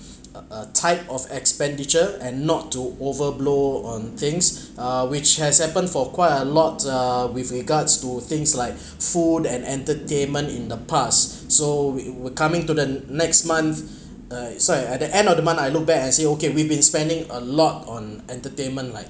a a type of expenditure and not to over blow on things uh which has happened for quite a lot uh with regards to things like food and entertainment in the past so we would coming to the next month uh so at at the end of the month I look back and say okay we've been spending a lot on entertainment like